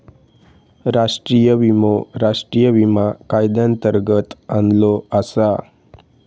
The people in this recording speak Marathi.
राष्ट्रीय विमो राष्ट्रीय विमा कायद्यांतर्गत आणलो आसा